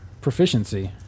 proficiency